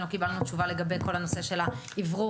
לא קיבלנו תשובה לגבי כל הנושא של האוורור.